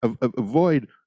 avoid